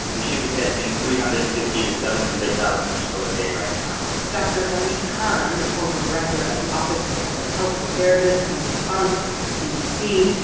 should be testing three hundred and fifty to seven hundred thousand people a day right now dr. ali khan, the former director of the office for public health preparedness and response at the cdc,